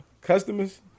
customers